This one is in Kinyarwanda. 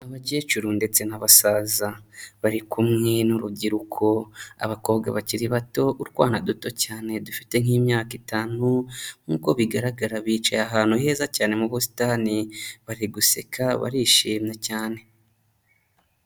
Abakecuru ndetse n'abasaza bari kumwe n'urubyiruko, abakobwa bakiri bato utwana duto cyane dufite nk'imyaka itanu nk'uko bigaragara bicaye ahantu heza cyane mu busitani bari guseka barishimye cyane.